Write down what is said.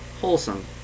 Wholesome